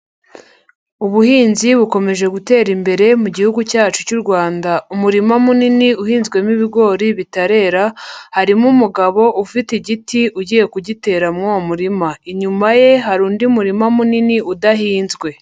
Ubuhinzi bukomeje gutera imbere mu gihugu cyacu cy'u Rwanda. Umurima munini uhinzwemo ibigori bitarera, harimo umugabo ufite igiti ugiye kugitera muri uwo murima. Inyuma ye hari undi murima munini udahinzwe.